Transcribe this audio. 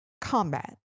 combat